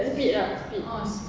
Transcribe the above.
speed ah speed